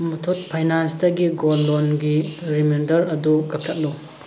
ꯃꯊꯨꯠ ꯐꯥꯏꯅꯥꯟꯁꯇꯒꯤ ꯒꯣꯜ ꯂꯣꯟꯒꯤ ꯔꯤꯃꯦꯟꯗꯔ ꯑꯗꯨ ꯀꯠꯊꯛꯂꯨ